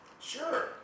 Sure